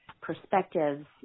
perspectives